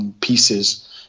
pieces